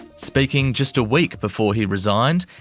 speaking just a week before he resigned,